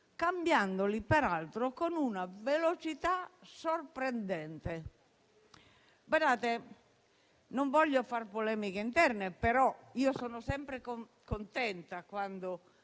cambiandoli, peraltro, con una velocità sorprendente. Non voglio far polemiche interne - perché sono sempre contenta quando